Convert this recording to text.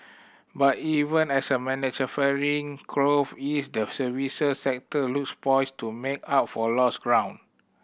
but even as manufacturing growth eased the services sector looks poised to make up for lost ground